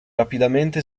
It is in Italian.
rapidamente